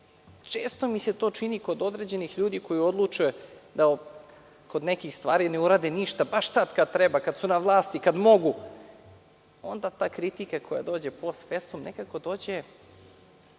Često mi se to čini kod određenih ljudi, koji odluče da kod nekih stvari ne urade ništa, baš tad kad treba, kad su na vlasti, kad mogu, onda ta kritika koja dođe post festum nekako dođe